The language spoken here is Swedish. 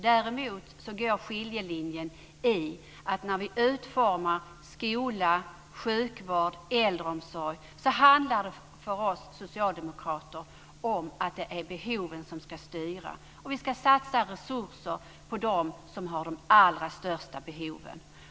Däremot går skiljelinjen i att när vi utformar skola, sjukvård, äldreomsorg, handlar det för oss socialdemokrater om att det är behoven som ska styra. Vi ska satsa resurser på dem som har de allra största behoven.